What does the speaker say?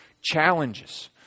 challenges